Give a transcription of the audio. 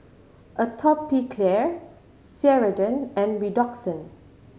Atopiclair Ceradan and Redoxon